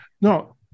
No